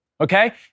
Okay